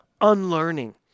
Unlearning